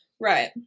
right